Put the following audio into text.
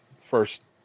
first